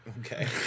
Okay